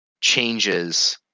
changes